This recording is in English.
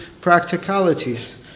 practicalities